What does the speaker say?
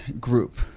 group